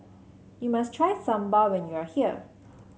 you must try Sambar when you are here